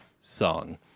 song